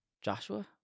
Joshua